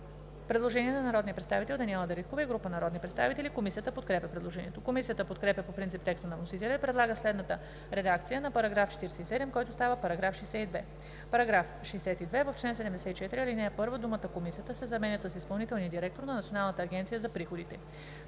предложение на народния представител Даниела Дариткова и група народни представители. Комисията подкрепя предложението. Комисията подкрепя по принцип текста на вносителя и предлага следната редакция на § 47, който става § 62: „§ 62. В чл. 74, ал. 1 думата „Комисията“ се заменят с „изпълнителния директор на Националната агенция за приходите“.“